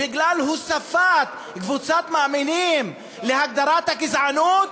בגלל הוספת קבוצת מאמינים להגדרת הגזענות?